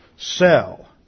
sell